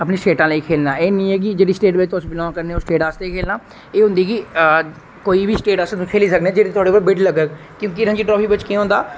अपनी स्टेटा लेई खेलना है नी है कि जेहड़ी स्टेट च तुस विलोंग करदे ओ उस स्टेट आस्तै गै खेलना एह् होंदी के कोई बी स्टेट अस खेली सकने क्योंकि रांजी ट्राफी च केह् होंदा